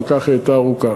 גם ככה היא הייתה ארוכה.